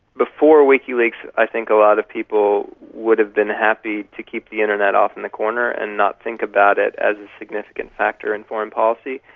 before wikileaks i think a lot of people would have been happy to keep the internet off in the corner and not think about it as a significant factor in foreign policy.